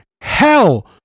hell